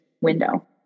window